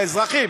האזרחים,